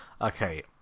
Okay